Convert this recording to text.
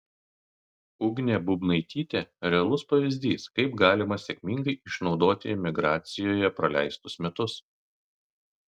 ugnė bubnaitytė realus pavyzdys kaip galima sėkmingai išnaudoti emigracijoje praleistus metus